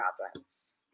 problems